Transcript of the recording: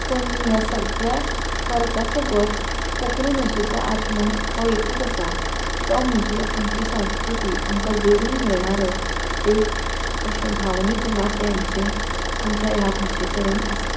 पूण ह्या सगळ्या फरका सोबत कोंकणी भाशेचो आत्मो हो एकूच आसा तो म्हणजे आमची संस्कृती आमकां जोडून धरणारो एक अशें भावनीक नातें आमचें आमच्या ह्या भाशे कडेन आसा